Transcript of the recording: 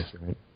right